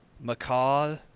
Macaw